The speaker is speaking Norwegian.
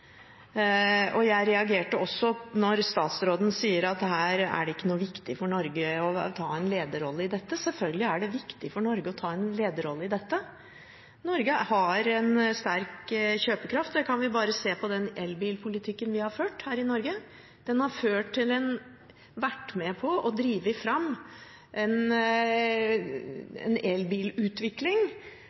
foran. Jeg reagerte også da statsråden sa at det ikke er viktig for Norge å ta en lederrolle i dette. Selvfølgelig er det viktig for Norge å ta en lederrolle i dette. Norge har en sterk kjøpekraft, det kan vi se bare på den elbilpolitikken vi har ført her i Norge. Den har vært med på å drive fram en elbilutvikling